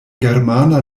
germana